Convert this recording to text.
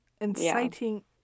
Inciting